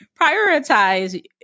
prioritize